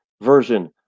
version